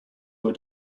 were